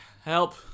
help